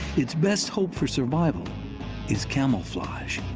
its best hope for survival is camouflage.